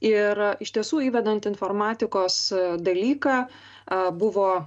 ir iš tiesų įvedant informatikos dalyką a buvo